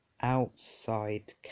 outside